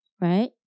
right